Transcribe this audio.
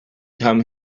come